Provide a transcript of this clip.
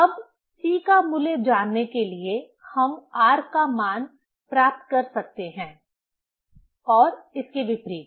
अब C का मूल्य जानने के लिए हम R का मान प्राप्त कर सकते हैं और इसके विपरीत